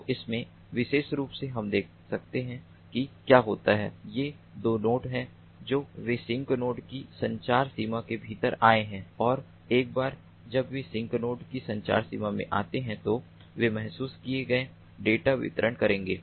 तो इसमें विशेष रूप से हम देख सकते हैं कि क्या होता है ये दो नोड हैं जो वे सिंक नोड की संचार सीमा के भीतर आए हैं और एक बार जब वे सिंक नोड की संचार सीमा में आते हैं तो वे महसूस किये गए डेटा वितरित करेंगे